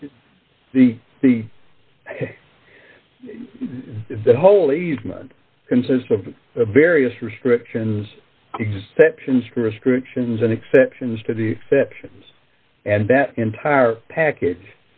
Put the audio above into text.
the the the whole easement consists of the various restrictions exceptions restrictions and exceptions to the sections and that entire package